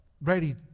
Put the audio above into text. ready